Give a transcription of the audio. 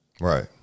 Right